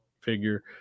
figure